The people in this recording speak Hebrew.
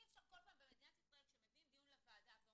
אי אפשר כל פעם במדינת ישראל כשמביאים דיון לוועדה ואומרים,